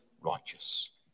righteous